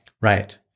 Right